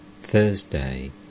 Thursday